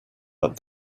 but